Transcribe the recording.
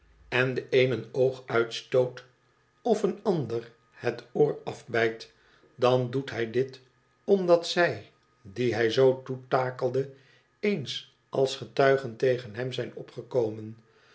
en den een een oog uitstoot of een ander het oor afbijt dan doet bij dit omdat zij die hij zoo toetakelde eens als getuigen tegen hem zijn opgekomen